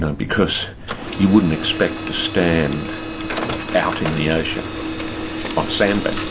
and because you wouldn't expect to stand out in the ocean on a sandbank,